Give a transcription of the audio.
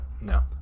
no